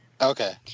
Okay